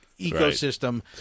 ecosystem